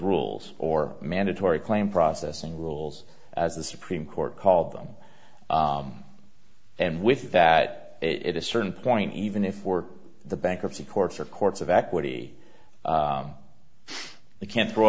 rules or mandatory claim processing rules as the supreme court called them and with that it a certain point even if we're the bankruptcy courts are courts of equity they can't throw